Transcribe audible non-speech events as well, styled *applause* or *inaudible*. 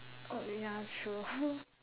oh ya true *laughs*